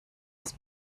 das